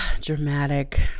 Dramatic